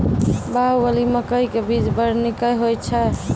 बाहुबली मकई के बीज बैर निक होई छै